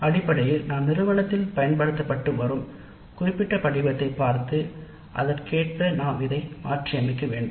அடிப்படையில் நாம் நிறுவனத்தில் பயன்படுத்தப்பட்டு வரும் குறிப்பிட்டவற்றைப் பார்க்க வேண்டும் அதன் அடிப்படையில் நாம் இதை மாற்றியமைக்க வேண்டும்